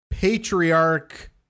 patriarch